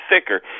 thicker